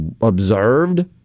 observed